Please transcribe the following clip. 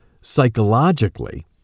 psychologically